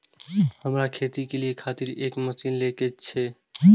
हमरा खेती के खातिर एक मशीन ले के छे?